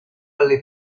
alle